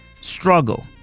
Struggle